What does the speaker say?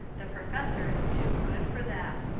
the profes sor is too good for them.